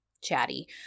chatty